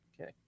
Okay